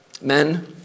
men